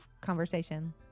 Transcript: conversation